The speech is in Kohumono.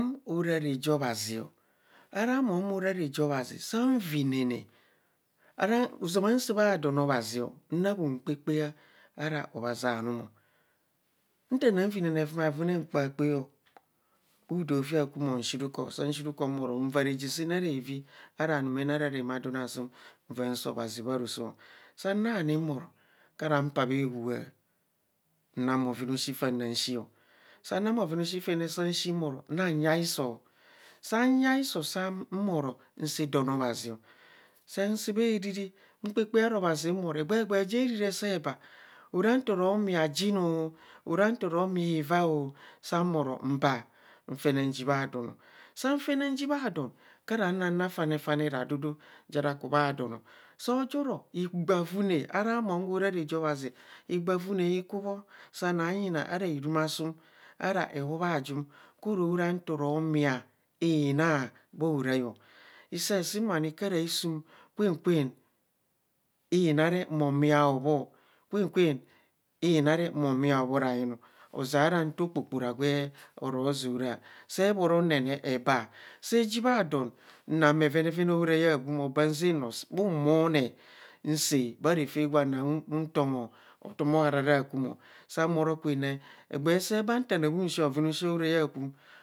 Mom ara ruie obhazi o ara mon ora reje abhazi san vinene, ara ozama nsạạ bhadon obhazi o na bhu kpakpaa ara obhazi anum nta naa vinene evumavum re nkpakpaa o bhudee aofi akwum nshi ruku saa shii ruko san bhoro nvaa reje saan re reevi ara numene ara roma adom asuum nvaa saa obhazi bharoso saa nani mbhoro karan paa bhewua nan bhoven aoshi fan na shii o, saanang bhoven aashii fanne shii mbore naa yaa isoo yaa nyaa isoo saa mbhoro nsaa don obhazi sasạạ bha riri mkpaakpa araa obhazi mbhoro, egbee egbee ja ariri esea baa ora ntaro mia jin o, ara ntoro mia ivaa o sa mbhoro mbaa, nfene nji bha don ọ, saa nfene nji bha don kara nang rafenefane radudu ja ra kubha don o zo joro higbarane araa mom gwo ara reje abhazi higbavune hikubho sa nayina ara hirumasum ara ehubha hum ko rora ntoro mia inaa, bha horai hisee siim kara hisum kwen kwen inaa re, mo mia obho kwen kwen inaa re mo mia abhora yen o. Ozeara nta okpokpora gwe oroze ora see bhoro nene e baa see ji ohaa don na bhevenevene aorai aabum o bha zaano bhu bhoone nsaa bha refe gwa na tongho hotom aharara akum o, saa bhora kwen ne egbee see ba nta na bhu shii bhven oshii aorai atum